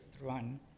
run